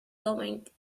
going